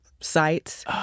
sites